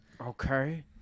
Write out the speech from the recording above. Okay